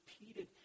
repeated